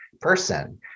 person